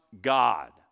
God